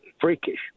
freakish